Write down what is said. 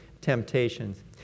temptations